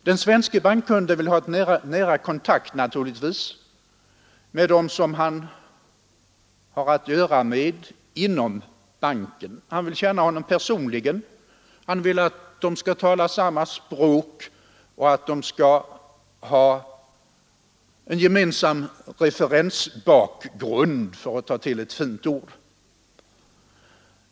Han vill naturligtvis ha nära kontakt med dem som han har att göra med inom banken. Han vill känna vederbörande personligen, han vill att bankmannen och han skall tala samma språk och ha en gemensam referensbakgrund, för att ta till ett fint ord.